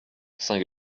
saint